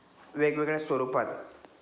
वेगवेगळ्या स्वरूपात